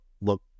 look